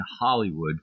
Hollywood